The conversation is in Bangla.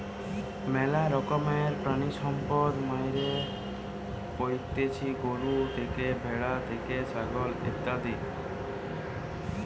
ম্যালা রকমের প্রাণিসম্পদ মাইরা পাইতেছি গরু থেকে, ভ্যাড়া থেকে, ছাগল ইত্যাদি